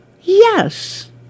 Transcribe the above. Yes